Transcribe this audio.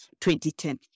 2010